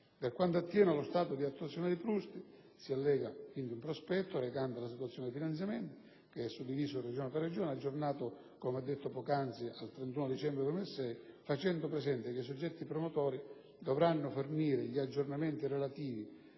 Per quanto attiene allo stato di attuazione dei PRUSST, si allega un prospetto recante la situazione dei finanziamenti, suddiviso Regione per Regione, aggiornato, come ho detto poc'anzi, al 31 dicembre 2006 facendo presente che i soggetti promotori dovranno fornire gli aggiornamenti relativi